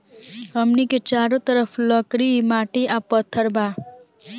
हमनी के चारो तरफ लकड़ी माटी आ पत्थर बा